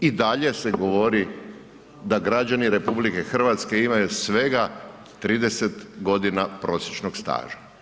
I dalje se govori da građani RH imaju svega 30 g. prosječnog staža.